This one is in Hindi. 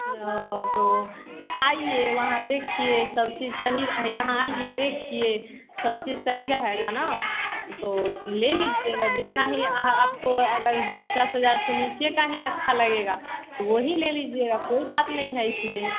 हाँ तो तो आइए वहाँ देखिए सब चीज़ सही यहाँ आइए देखिए सब चीज़ सही रहेगा ना तो ले लीजिएगा जितना ही आपको अगर ब पचास हज़ार के नीचे का ही अच्छा लगेगा तो वही ले लीजिएगा कोई बात नहीं है इसमें